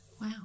Wow